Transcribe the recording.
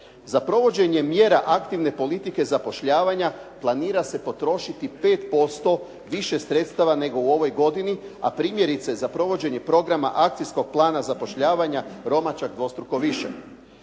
Za provođenje mjera aktivne politike zapošljavanja planira se potrošiti 5% više sredstava nego u ovoj godini, a primjerice za provođenje programa akcijskog plana zapošljavanja Roma, čak dvostruko više.